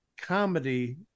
comedy